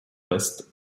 west